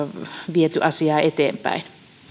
viety asiaa eteenpäin